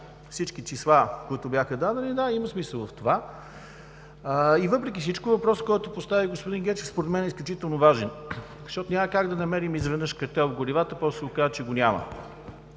всички числа, които бяха дадени. Да, има смисъл в това. И въпреки всичко въпросът, който постави господин Гечев, според мен, е изключително важен, защото няма как да намерим изведнъж картел в горивата, после се оказва, че го няма.